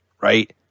right